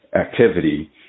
activity